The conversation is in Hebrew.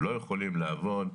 הם לא יכולים לעבוד.